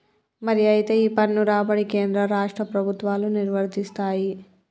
మరి అయితే ఈ పన్ను రాబడి కేంద్ర రాష్ట్ర ప్రభుత్వాలు నిర్వరిస్తాయి